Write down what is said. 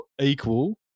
Equal